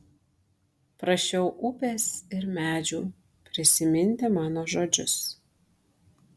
prašiau upės ir medžių prisiminti mano žodžius